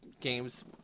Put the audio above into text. games